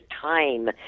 time